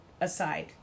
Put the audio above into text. aside